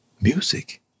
Music